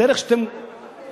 הדרך שאתם אומרים,